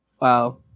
Wow